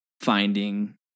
finding –